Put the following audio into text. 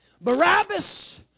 Barabbas